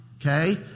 Okay